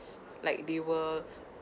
like they will